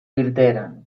irteeran